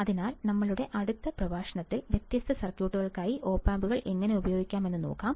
അതിനാൽ ഞങ്ങളുടെ അടുത്ത പ്രഭാഷണത്തിൽ വ്യത്യസ്ത സർക്യൂട്ടുകൾക്കായി ഒപ് ആമ്പുകൾ എങ്ങനെ ഉപയോഗിക്കാമെന്ന് നോക്കാം